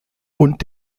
und